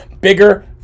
bigger